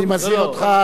אני מזהיר אותך,